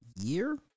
year